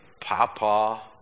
papa